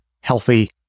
healthy